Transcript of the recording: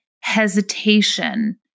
hesitation